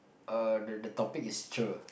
uh the topic is cher